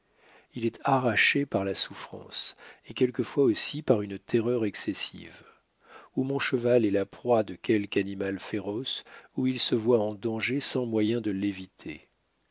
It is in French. il est arraché par la souffrance et quelquefois aussi par une terreur excessive ou mon cheval est la proie de quelque animal féroce ou il se voit en danger sans moyen de l'éviter